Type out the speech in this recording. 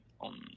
on